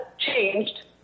changed